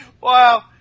wow